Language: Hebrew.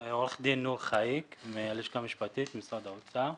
עורך דין נור חאיכ מהלשכה המשפטית במשרד האוצר.